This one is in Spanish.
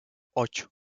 ocho